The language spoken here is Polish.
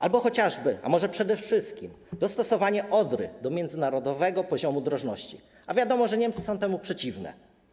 Albo chociażby, a może przede wszystkim, dostosowanie Odry do międzynarodowego poziomu drożności, a wiadomo, że Niemcy są temu przeciwni.